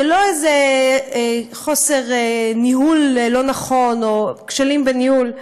לא חוסר ניהול לא נכון או כשלים בניהול.